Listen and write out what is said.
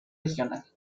regional